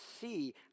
see